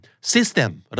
System